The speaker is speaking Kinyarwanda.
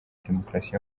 demukarasi